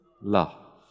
love